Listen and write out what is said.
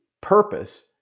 purpose